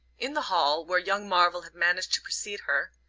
in the hall, where young marvell had managed to precede her.